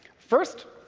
first,